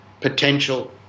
potential